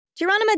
Geronima